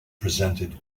presented